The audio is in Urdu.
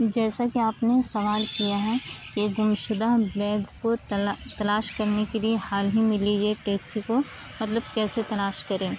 جیسا کہ آپ نے سوال کیا ہے کہ گمشدہ بیگ کو تلا تلاش کرنے کے لیے حال ہی میں لی گئی ٹیکسی کو مطلب کیسے تلاش کریں